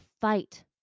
fight